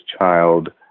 child